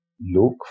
look